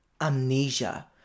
amnesia